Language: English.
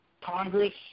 Congress